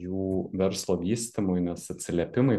jų verslo vystymui nes atsiliepimai